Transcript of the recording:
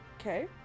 Okay